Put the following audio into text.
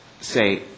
say